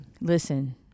Listen